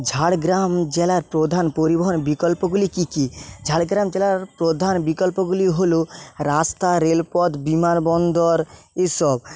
ঝাড়গ্রাম জেলার প্রধান পরিবহন বিকল্পগুলি কী কী ঝাড়গ্রাম জেলার প্রধান বিকল্পগুলি হল রাস্তা রেলপথ বিমানবন্দর এসব